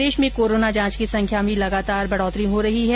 प्रदेश में कोरोना जांच की संख्या लगातार बढोतरी हो रही है